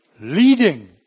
leading